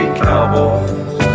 cowboys